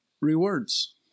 rewards